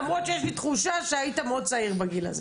למרות שיש לי תחושה שהיית מאוד צעיר בגיל הזה.